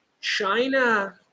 China